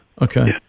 Okay